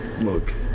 Look